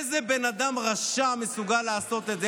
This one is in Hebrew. איזה בן אדם רשע מסוגל לעשות את זה?